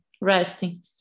resting